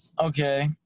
Okay